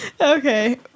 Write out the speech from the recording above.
Okay